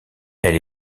elle